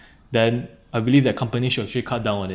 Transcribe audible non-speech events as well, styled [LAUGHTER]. [BREATH] then I believe that companies should actually cut down on it